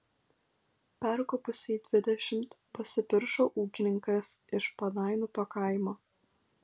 perkopusiai dvidešimt pasipiršo ūkininkas iš padainupio kaimo